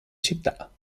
città